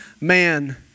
man